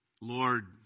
Lord